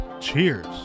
Cheers